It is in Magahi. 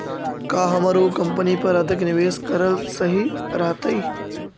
का हमर उ कंपनी पर अधिक निवेश करल सही रहतई?